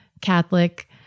Catholic